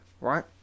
right